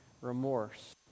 remorse